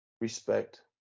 respect